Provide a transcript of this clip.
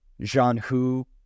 Jean-Hu